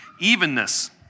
Evenness